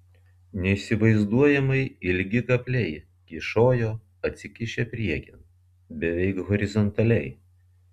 neįsivaizduojamai ilgi kapliai kyšojo atsikišę priekin beveik horizontaliai